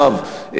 רחב,